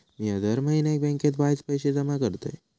मिया दर म्हयन्याक बँकेत वायच पैशे जमा करतय